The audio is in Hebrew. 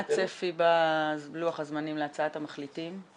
מה הצפי בלוח הזמנים להצעת המחליטים?